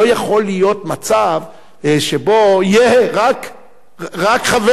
לא יכול להיות מצב שבו יהיה רק חבר